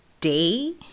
day